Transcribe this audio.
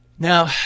Now